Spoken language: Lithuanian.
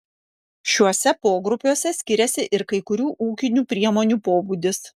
šiuose pogrupiuose skiriasi ir kai kurių ūkinių priemonių pobūdis